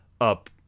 up